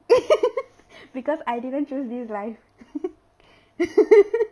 because I didn't choose this life